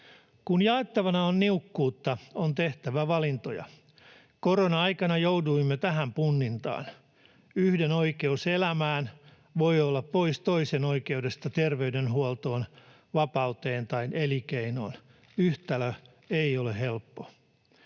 Kun jaettavana on niukkuutta, on tehtävä valintoja. Korona-aikana jouduimme tähän punnintaan: yhden oikeus elämään voi olla pois toisen oikeudesta terveydenhuoltoon, vapauteen tai elinkeinoon. Yhtälö ei ole helppo.